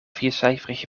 viercijferige